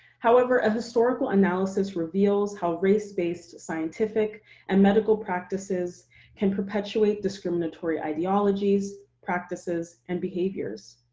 however, a historical analysis reveals how race-based scientific and medical practices can perpetuate discriminatory ideologies, practices, and behaviors.